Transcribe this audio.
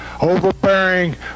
overbearing